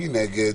מי נגד?